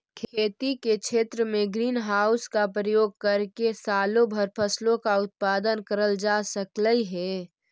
खेती के क्षेत्र में ग्रीन हाउस का प्रयोग करके सालों भर फसलों का उत्पादन करल जा सकलई हे